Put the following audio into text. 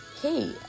hey